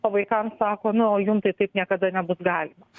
o vaikam sako nu o jum tai taip niekada nebus galima